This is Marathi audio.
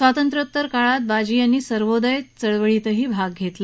स्वातंत्र्योतर काळात बाजी यांनी सर्वोदय चळवळीतही सक्रिय सहभाग घेतला